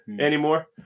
anymore